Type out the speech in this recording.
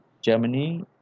Germany